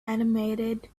animated